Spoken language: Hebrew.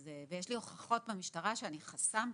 ויש לי הוכחות במשטרה שאני חסמתי.